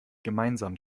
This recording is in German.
gemeinsam